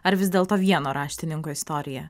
ar vis dėlto vieno raštininko istorija